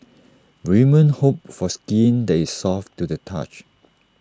women hope for skin that is soft to the touch